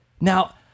Now